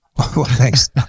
Thanks